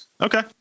Okay